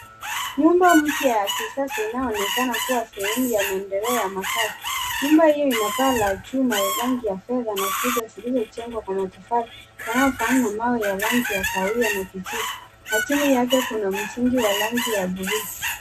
Nyumba mpya ya kisasa inayoonekana kuwa sehemu ya maendeleo ya makazi. Nyumba hiyo ina paa la chuma la rangi ya fedha na kuta zilizojengwa kwa matofali, yanayofanana na mawe ya rangi ya kahawia na kijivu. Na chini yake kuna msingi wa rangi ya bluu.